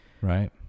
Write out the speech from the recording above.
Right